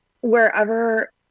wherever